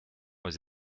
aux